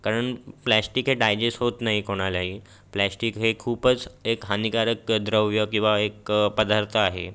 कारण प्लॅश्टीक हे डायजेस होत नाही कोणालाही प्लॅश्टीक हे खूपच एक हानिकारक द्रव्य किंवा एक पदार्थ आहे